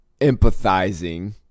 empathizing